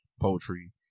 poetry